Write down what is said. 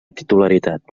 titularitat